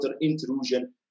intrusion